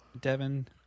Devin